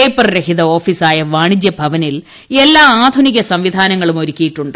paper രഹിത ഓഫീസായ വാണിജ്യഭവനിൽ എല്ലാ ആധുനിക സംവിധാനങ്ങളും ഒരുക്കിയിട്ടുണ്ട്